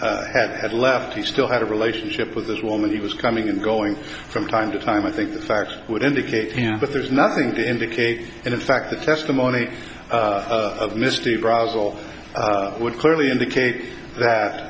had left he still had a relationship with this woman he was coming and going from time to time i think the facts would indicate that there is nothing to indicate and in fact the testimony of misty brows all would clearly indicate that